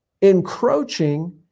encroaching